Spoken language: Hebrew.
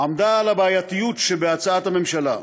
עמדה על הבעייתיות שבהצעת הממשלה: